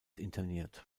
interniert